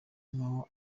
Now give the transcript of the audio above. nk’aho